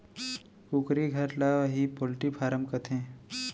कुकरी घर ल ही पोल्टी फारम कथें